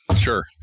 Sure